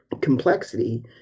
complexity